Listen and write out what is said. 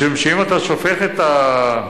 משום שאם אתה שופך את האלכוהול,